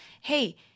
hey